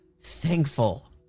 thankful